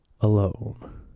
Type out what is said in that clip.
alone